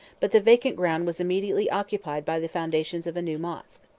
but the vacant ground was immediately occupied by the foundations of a new mosch.